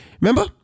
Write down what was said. remember